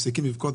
מבורך.